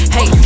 Hey